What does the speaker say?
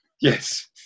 Yes